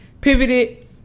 pivoted